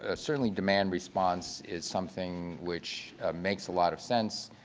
ah certainly demand response is something which makes a lot of sense,